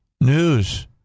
news